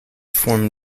form